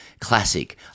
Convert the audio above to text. Classic